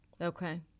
Okay